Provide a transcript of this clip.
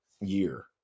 year